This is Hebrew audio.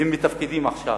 והם מתפקדים עכשיו.